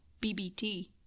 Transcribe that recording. BBT